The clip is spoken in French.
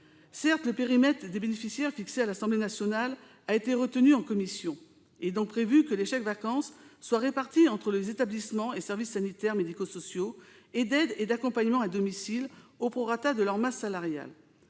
Certes, le périmètre des bénéficiaires fixé à l'Assemblée nationale a été retenu en commission. Il est donc prévu que les chèques-vacances soient répartis entre les établissements et services sanitaires, médico-sociaux et d'aide et d'accompagnement à domicile, au prorata de leur masse salariale.